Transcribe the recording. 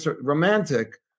romantic